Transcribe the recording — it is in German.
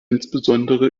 insbesondere